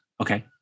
Okay